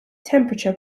temperature